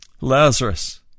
Lazarus